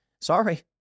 Sorry